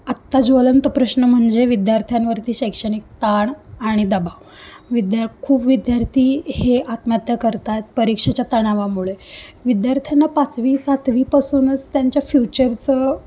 आता ज्वलंत प्रश्न म्हणजे विद्यार्थ्यांवरती शैक्षणिक ताण आणि दबाव विद्या खूप विद्यार्थी हे आत्महत्या करतात परीक्षेच्या तणावामुळे विद्यार्थ्यांना पाचवी सातवीपासूनच त्यांच्या फ्युचरचं